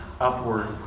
upward